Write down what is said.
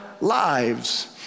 lives